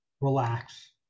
Relax